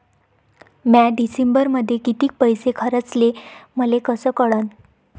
म्या डिसेंबरमध्ये कितीक पैसे खर्चले मले कस कळन?